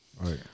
Right